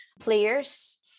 players